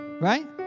right